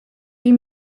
huit